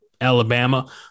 Alabama